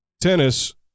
Tennis